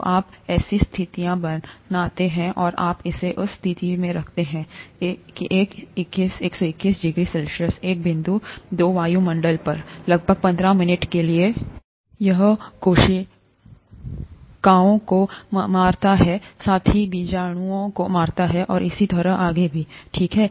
तो आप ऐसी स्थितियां बनाते हैं और आप इसे उस स्थिति में रखते हैं एक इक्कीस डिग्री सी एक बिंदु दो वायुमंडल पर लगभग 15 मिनट के लिए यह कोशिकाओं को मारता है साथ ही बीजाणुओं को मारता है और इसी तरह आगे भी ठीक है